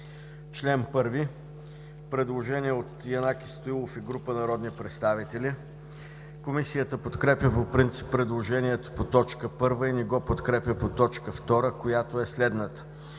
чл. 1 има предложение от Янаки Стоилов и група народни представители. Комисията подкрепя по принцип предложението по т. 1 и не го подкрепя по т. 2: „2. Алинея